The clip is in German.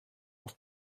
auf